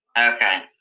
Okay